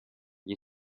gli